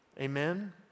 amen